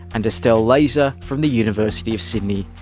and estelle lazer from the university of sydney.